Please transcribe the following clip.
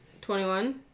Twenty-one